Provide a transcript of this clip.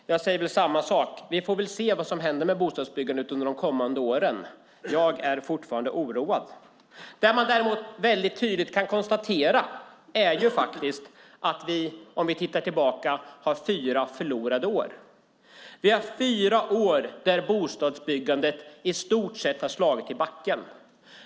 Jag säger samma sak nu: Vi får väl se vad som händer med bostadsbyggandet under de kommande åren. Jag är fortfarande oroad. Det man väldigt tydligt kan konstatera är att vi, om vi tittar tillbaka, ser att vi har fyra förlorade år bakom oss. Det är fyra år då bostadsbyggandet i stort sett har slagit i backen.